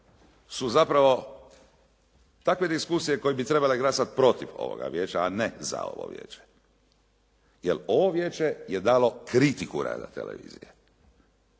su zapravo takve diskusije koje bi trebale glasati protiv ovoga vijeća a ne za ovo vijeće. Jer ovo vijeće je dalo kritiku rada televizije,